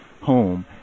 home